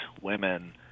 women